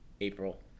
April